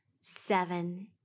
seven